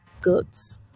goods